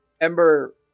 Ember